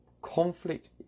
conflict